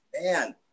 man